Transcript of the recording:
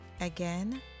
Again